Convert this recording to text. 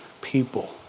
people